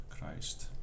Christ